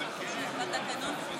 בתקנון כתוב,